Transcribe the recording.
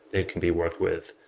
they can be worked with,